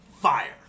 fire